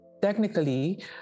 Technically